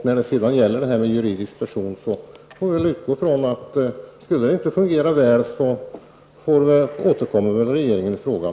När det gäller frågan om juridisk person får vi väl utgå ifrån att om det inte skulle fungera, återkommer regeringen i frågan.